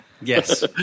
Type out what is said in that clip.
Yes